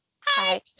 Hi